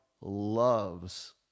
loves